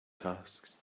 tasks